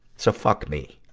so fuck me,